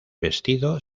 vestido